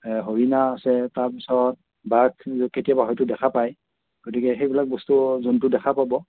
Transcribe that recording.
হৰিণা আছে তাৰপিছত বাঘ কেতিয়াবা হয়তো দেখা পায় গতিকে সেইবিলাক বস্তু যোনটো দেখা পাব